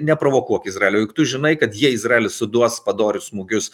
neprovokuok izraelio juk tu žinai kad jei izraelis suduos padorius smūgius